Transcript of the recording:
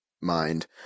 mind